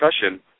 discussion